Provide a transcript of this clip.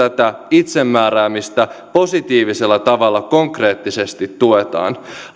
itsemääräämistä positiivisella tavalla konkreettisesti tuetaan